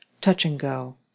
touch-and-go